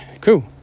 cool